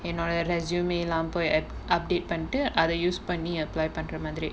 என்னோட:ennoda resume lah போய்:poyi update பண்டு அத:pandu atha use பண்ணி:panni apply பண்ற மாதிரி:pandra maathiri